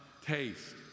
taste